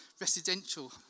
residential